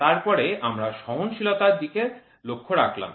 তারপরে আমরা সহনশীলতা র দিকে লক্ষ্য রাখলাম